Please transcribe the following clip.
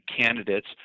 candidates